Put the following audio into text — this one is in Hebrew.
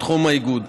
בתחום האיגוד.